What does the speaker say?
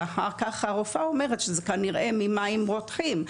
ואחר כך הרופאה אומרת שכנראה זה ממים רותחים.